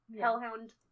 hellhound